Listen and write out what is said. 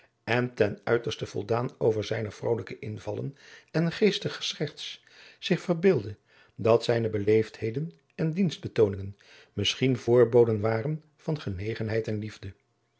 en ten uiterste voldaan over zijne vrolijke invallen en geestige scherts zich verbeeldde dat zijne beleefdheden en dienstbetooningen misschien voorboden waren van genegenheid en liefde